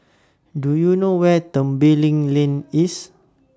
Do YOU know Where Tembeling Lane IS